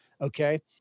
okay